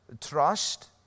trust